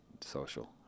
social